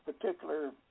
particular